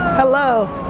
hello.